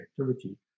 activity